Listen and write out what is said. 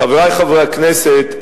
חברי חברי הכנסת,